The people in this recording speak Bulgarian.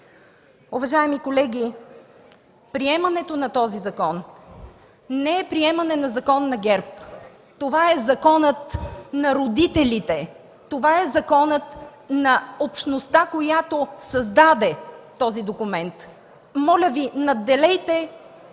Уважаеми колеги, приемането на този закон не е приемане на закон на ГЕРБ. Това е законът на родителите, това е законът на общността, която създаде този документ. Моля Ви, надделейте с